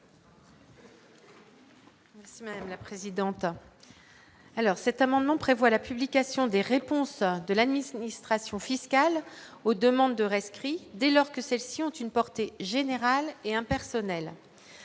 Merci madame la présidente,